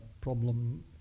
problem